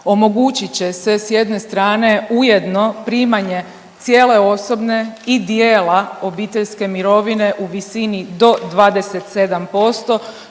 Omogućit će se s jedne strane ujedno primanje cijele osobne i dijela obiteljske mirovine u visini do 27%